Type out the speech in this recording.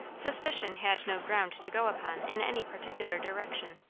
suspicion had no ground to go upon in any particular direction.